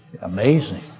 amazing